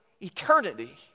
eternity